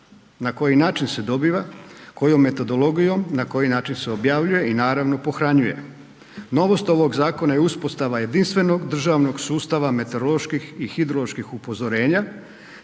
na koji način se dobiva, kojom metodologijom, na koji način se objavljuje i naravno pohranjuje. Novost ovog zakon je uspostava jedinstvenog državnog sustava meteoroloških i hidroloških upozorenja